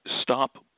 stop